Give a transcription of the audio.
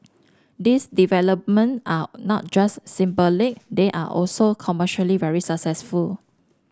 these development are not just symbolic they are also commercially very successful